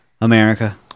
America